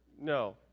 no